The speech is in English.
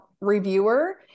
reviewer